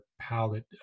palette